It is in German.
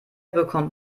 bekommt